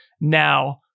now